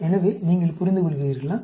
எனவே நீங்கள் புரிந்துகொள்கிறீர்களா